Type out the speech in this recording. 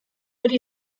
hori